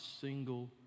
single